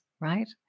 right